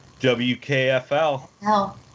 WKFL